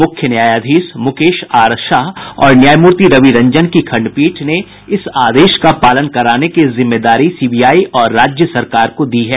मुख्य न्यायाधीश मुकेश आर शाह और न्यायमूर्ति रविरंजन की खंडपीठ ने इस आदेश का पालन कराने की जिम्मेदारी सीबीआई और राज्य सरकार को दी है